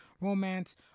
romance